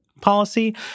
policy